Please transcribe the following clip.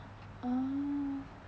oh